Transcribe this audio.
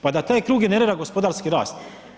Pa da taj krug inervira gospodarski rast.